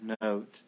note